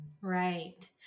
Right